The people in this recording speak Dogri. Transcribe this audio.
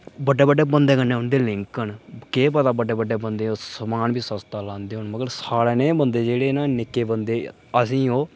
बड्डे बड्डे बंदे कन्नै उं'दे लिंक न केह् पता बड्डे बड्डे बंदे ईं ओह् समान बी सस्ता लांदे होन मगर साढ़े नेह् बंदें ई जेह्ड़े न निक्के बंदे गी असें ई ओह्